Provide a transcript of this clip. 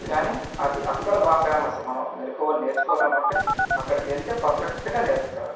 కానీ అది అక్కడ బాగా ఫేమస్ మనం మెళకువలు నేర్చుకోవాలి అనుకుంటే అక్కడికి వెళ్తే పర్ఫెక్ట్గా నేర్పుతారు